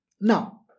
Now